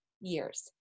years